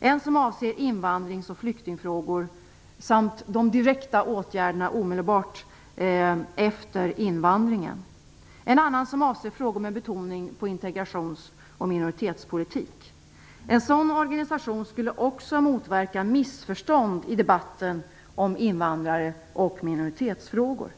en som avser invandrings och flyktingfrågor samt de direkta åtgärderna omedelbart efter invandringen och en annan som avser frågor med betoning på integrations och minoritetspolitik. En sådan organisation skulle också motverka missförstånd i debatten om invandrare och minoritetsfrågor.